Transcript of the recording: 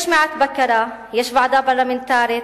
יש מעט בקרה, יש ועדה פרלמנטרית,